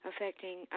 affecting